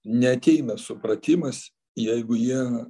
neateina supratimas jeigu jie